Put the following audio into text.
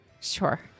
Sure